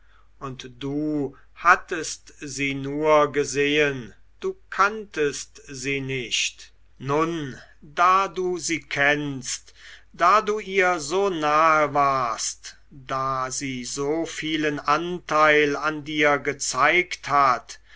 und du hattest sie nur gesehen du kanntest sie nicht nun da du sie kennst da du ihr so nahe warst da sie so vielen anteil an dir gezeigt hat